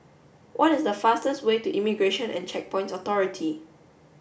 what is the fastest way to Immigration and Checkpoints Authority